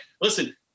listen